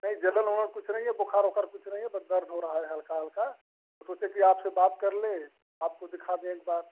नहीं ज़लन वलन कुछ नहीं है बुख़ार वुख़ार कुछ नहीं है बस दर्द हो रहा है हल्का हल्का सोचे कि आपसे बात कर लें आपको दिखा दें एक बार